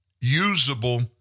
usable